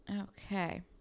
Okay